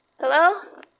Hello